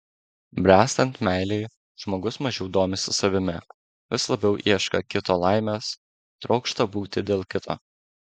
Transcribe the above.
bręstant meilei žmogus mažiau domisi savimi vis labiau ieško kito laimės trokšta būti dėl kito